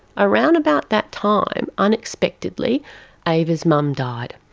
around about that time, unexpectedly ava's mum died,